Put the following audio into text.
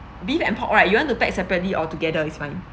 beef and pork right you want to pack separately or together is fine